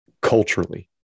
culturally